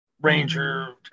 Ranger